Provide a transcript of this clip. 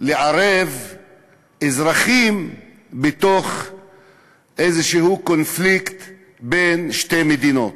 לערב אזרחים בתוך איזה קונפליקט בין שתי מדינות.